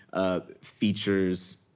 ah, features